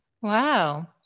wow